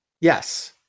yes